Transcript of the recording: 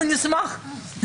אנחנו נשמח...